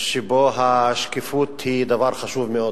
שבו השקיפות היא דבר חשוב מאוד,